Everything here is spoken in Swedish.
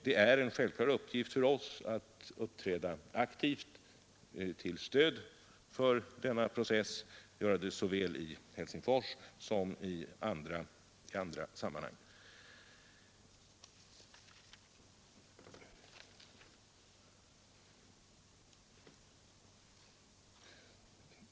Det är en självklar uppgift för oss att uppträda aktivt till stöd för denna process och göra det såväl i Helsingfors som i andra sammanhang.